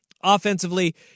Offensively